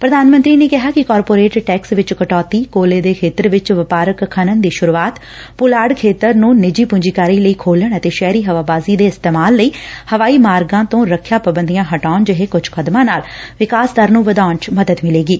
ਪ੍ਰਧਾਨ ਮੰਤਰੀ ਨੇ ਕਿਹਾ ਕਿ ਕਾਰਪੋਰੇਟ ਟੈਕਸ ਵਿਚ ਕਟੌਤੀ ਕੋਲੇ ਦੇ ਖੇਤਰ ਵਿਚ ਵਪਾਰਕ ਖਨਣ ਦੀ ਸੁਰੁਆਤ ਪੁਲਾੜ ਖੇਤਰ ਨੰ ਨਿੱਜੀ ਪੁੰਜੀਕਾਰੀ ਲਈ ਖੋਲਣ ਅਤੇ ਸ਼ਹਿਰੀ ਹਵਾਬਾਜ਼ੀ ਦੇ ਇਸਤੇਮਾਲ ਲਈ ਹਵਾਈ ਮਾਰਗਾਂ ਤੋਂ ਰੱਖਿਆ ਪਾਬੰਦੀਆਂ ਹਟਾਉਣ ਜਿਹੇ ਕੁਝ ਕਦਮਾ ਨਾਲ ਵਿਕਾਸ ਦਰ ਨੂੰ ਵਧਾਉਣ ਵਿਚ ਮਦਦ ਮਿਲੇਗੀ